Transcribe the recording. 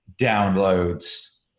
downloads